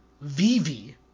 Vivi